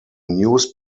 news